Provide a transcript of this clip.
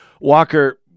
Walker